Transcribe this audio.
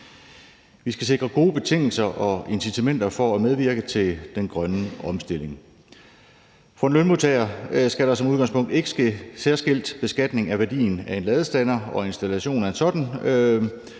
Vi skal sikre gode betingelser for og incitamenter til at medvirke i den grønne omstilling. For en lønmodtager skal der som udgangspunkt ikke ske særskilt beskatning af værdien af en ladestander og installationen af en sådan